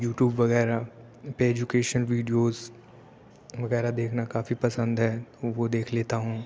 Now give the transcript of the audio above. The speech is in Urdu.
یوٹیوب وغیرہ پہ ایجوکیشن ویڈیوز وغیرہ دیکھنا کافی پسند ہے وہ دیکھ لیتا ہوں